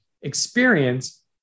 experience